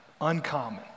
uncommon